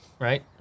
right